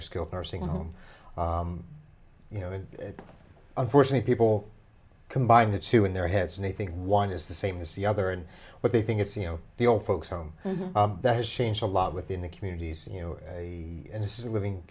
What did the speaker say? or skilled nursing home you know unfortunate people combine the two in their heads and i think one is the same as the other and what they think it's you know the old folks home that has changed a lot within the communities you know a and this is a living